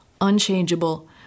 unchangeable